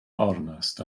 ornest